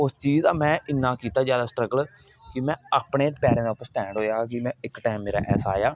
उस चीज दा में इन्ना कीता ज्यादा स्ट्रगल कि में अपने पैरें दे उप्पर स्टैड होया ते इक टैंम मेरा ऐसा आया